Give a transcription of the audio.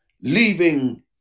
leaving